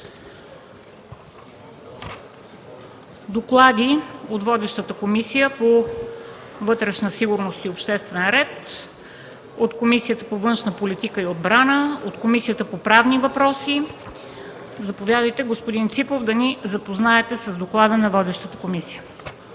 Доклади – от водещата Комисия по вътрешна сигурност и обществен ред, от Комисията по външна политика и отбрана, от Комисията по правни въпроси. Заповядайте, господин Ципов, за да ни запознаете с доклада на водещата комисия.